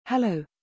Hello